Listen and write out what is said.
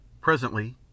Presently